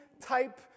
type